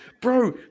Bro